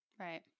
Right